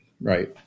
Right